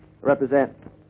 represent